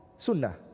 Sunnah